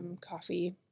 coffee